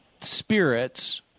spirits